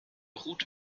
route